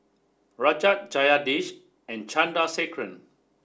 Rajat Jagadish and Chandrasekaran